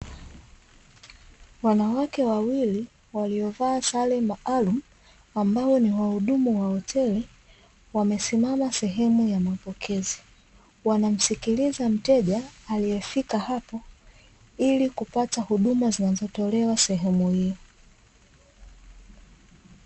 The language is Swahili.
Wanawake wawili waliovaa sare maalumu ambao ni wahudumu wa hoteli wamesimama sehemu ya mapokezi. Wanamsikiliza mteja aliyefika hapo ili kupata huduma zinazotelewa hiyo.